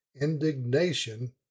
indignation